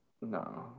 No